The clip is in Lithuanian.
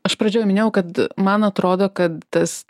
aš pradžioje minėjau kad man atrodo kad tas